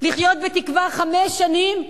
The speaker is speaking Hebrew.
לחיות בתקווה, חמש שנים,